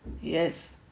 Yes